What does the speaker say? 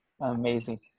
Amazing